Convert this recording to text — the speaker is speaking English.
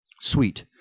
sweet